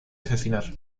asesinar